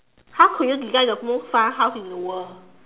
how could you design the most fun house in the world